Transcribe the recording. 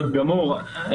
בסדר גמור,